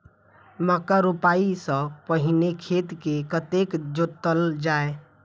मक्का रोपाइ सँ पहिने खेत केँ कतेक जोतल जाए?